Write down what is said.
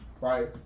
Right